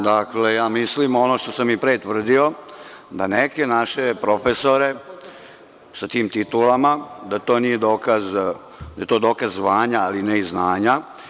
Dakle, ja mislim ono što sam i pre tvrdio, za neke naše profesore sa tim titulama, da to nije dokaz, da je to dokaz zvanja ali ne i znanja.